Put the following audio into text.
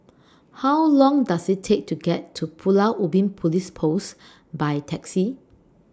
How Long Does IT Take to get to Pulau Ubin Police Post By Taxi